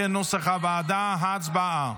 כנוסח הוועדה, הצבעה.